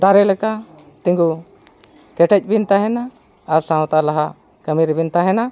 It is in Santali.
ᱫᱟᱨᱮ ᱞᱮᱠᱟ ᱛᱤᱸᱜᱩ ᱠᱮᱴᱮᱡ ᱵᱤᱱ ᱛᱟᱦᱮᱱᱟ ᱟᱨ ᱥᱟᱶᱛᱟ ᱞᱟᱦᱟ ᱠᱟᱹᱢᱤ ᱨᱮᱵᱤᱱ ᱛᱟᱦᱮᱱᱟ